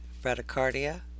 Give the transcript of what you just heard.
bradycardia